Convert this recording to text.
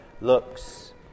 looks